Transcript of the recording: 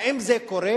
האם זה קורה?